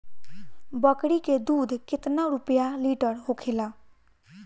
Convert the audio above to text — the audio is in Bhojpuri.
बकड़ी के दूध केतना रुपया लीटर होखेला?